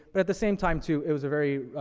but at the same time, too, it was a very,